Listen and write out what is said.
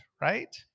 right